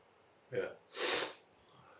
ya